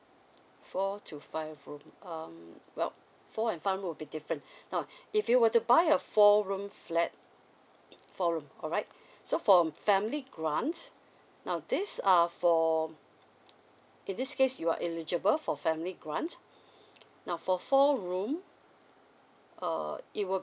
four to five room um well four and five room will be different now if you were to buy a four room flat alright so for um family grant now this are for in this case you are eligible for family grant now for four room err it will